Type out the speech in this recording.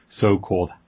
so-called